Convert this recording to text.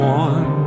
one